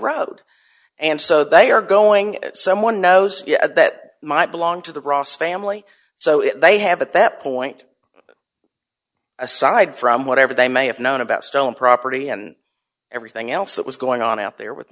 road and so they are going someone knows that might belong to the ross family so if they have at that point aside from whatever they may have known about stolen property and everything else that was going on out there with